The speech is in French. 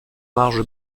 marge